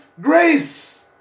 grace